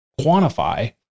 quantify